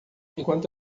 enquanto